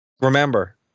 Remember